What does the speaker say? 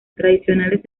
tradicionales